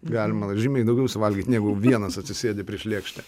galima žymiai daugiau suvalgyti negu vienas atsisėdi prieš lėkštę